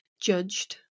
judged